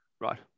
Right